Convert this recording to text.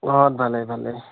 অঁ ভালে ভালে